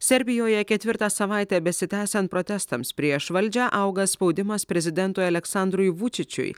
serbijoje ketvirtą savaitę besitęsiant protestams prieš valdžią auga spaudimas prezidentui aleksandrui vučičiui